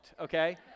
okay